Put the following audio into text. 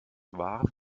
war